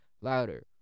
Louder